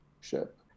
ship